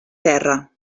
terra